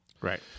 Right